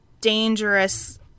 dangerous